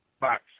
Box